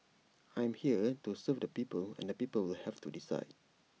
I'm here to serve the people and the people will have to decide